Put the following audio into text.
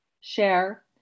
share